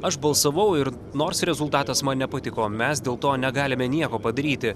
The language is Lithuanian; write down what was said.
aš balsavau ir nors rezultatas man nepatiko mes dėl to negalime nieko padaryti